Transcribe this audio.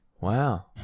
Wow